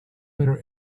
better